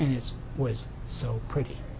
and it was so pretty